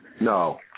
No